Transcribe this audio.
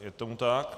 Je tomu tak.